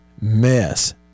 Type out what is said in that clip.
mess